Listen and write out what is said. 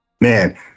man